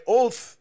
oath